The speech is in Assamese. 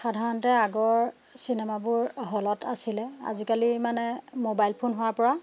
সাধাৰণতে আগৰ চিনেমাবোৰ হলত আছিলে আজিকালি মানে মোবাইল ফোন হোৱা পৰা